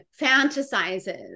fantasizes